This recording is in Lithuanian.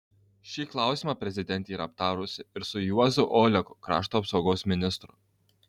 šį klausimą prezidentė yra aptarusi ir su juozu oleku krašto apsaugos ministru